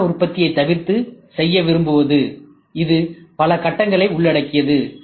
விரைவான உற்பத்தியைத் தவிர்த்து செய்ய விரும்புவது இது பல கட்டங்களை உள்ளடக்கியது